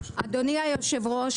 אדוני היושב ראש,